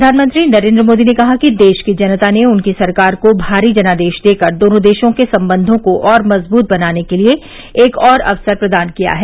प्रधानमंत्री नरेन्द्र मोदी ने कहा कि देश की जनता ने उनकी सरकार को भारी जनादेश देकर दोनों देशों के संबंधों को और मजबूत बनाने के लिए एक और अवसर प्रदान किया है